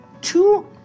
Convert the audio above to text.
two